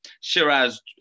Shiraz